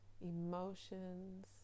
emotions